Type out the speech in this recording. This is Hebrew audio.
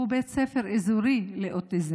שהוא בית ספר אזורי לאוטיזם,